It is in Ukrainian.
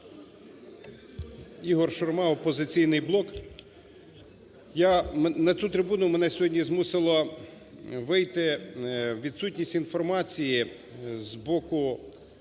ІгорШурма, "Опозиційний блок". На цю трибуну мене сьогодні змусила вийти відсутність інформації з боку